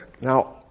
Now